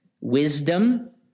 wisdom